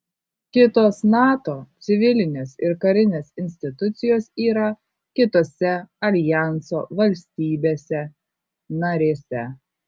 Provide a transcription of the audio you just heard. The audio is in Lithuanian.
kitos nato civilinės ir karinės institucijos yra kitose aljanso valstybėse narėse